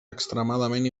extremadament